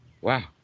wow